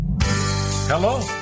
Hello